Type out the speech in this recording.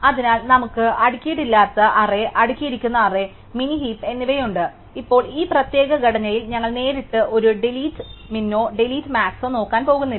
അതിനാൽ നമുക്ക് അടുക്കിയിട്ടില്ലാത്ത അറേ അടുക്കിയിരിക്കുന്ന അറേ മിനി ഹീപ് എന്നിവയുണ്ട് ഇപ്പോൾ ഈ പ്രത്യേക ഘടനയിൽ ഞങ്ങൾ നേരിട്ട് ഒരു ഡിലീറ്റ് മിനോ ഡിലീറ്റ് മാക്സോ നോക്കാൻ പോകുന്നില്ല